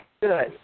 good